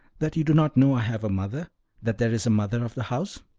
that you do not know i have a mother that there is a mother of the house?